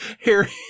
Harry